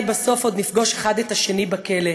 בסוף עוד נפגוש אחד את השני בכלא,